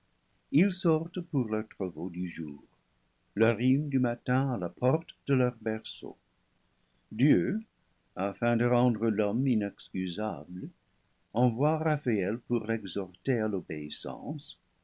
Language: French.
ils sortent pour leurs travaux du jour leur hymne du matin à la porte de leur berceau dieu afin de rendre l'homme inexcusable envoie raphaël pour l'exhorter à l'obéissance